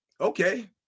Okay